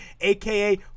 aka